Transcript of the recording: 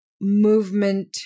movement